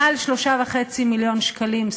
מעל שכר של 3.5 מיליון שקלים,